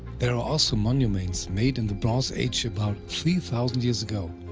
there are also monuments made in the bronze age about three thousand years ago,